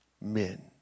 men